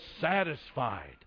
satisfied